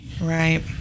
Right